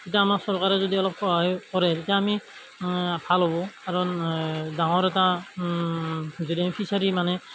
ইতা আমাক চৰকাৰে যদি অলপ সহায় কৰে তেতিয়া আমি ভাল হ'ব কাৰণ ডাঙৰ এটা যদি আমি ফিছাৰী মানে